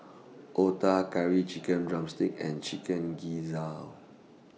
Otah Curry Chicken Drumstick and Chicken Gizzard